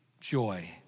Joy